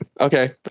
Okay